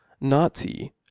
Nazi